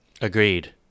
agreed